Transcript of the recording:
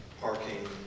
parking